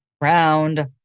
round